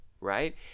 right